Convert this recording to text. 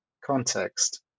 context